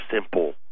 simple